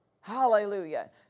Hallelujah